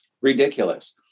ridiculous